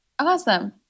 Awesome